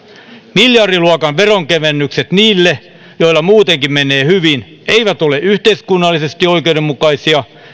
miljardiluokan veronkevennykset niille joilla muutenkin menee hyvin eivät ole yhteiskunnallisesti oikeudenmukaisia